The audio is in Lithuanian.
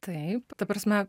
taip ta prasme